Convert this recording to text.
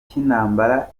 cy’intambara